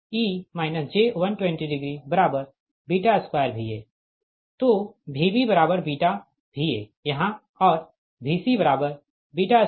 तो VbβVa यहाँ और Vc2Va ठीक